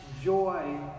joy